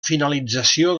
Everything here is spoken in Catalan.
finalització